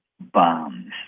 bombs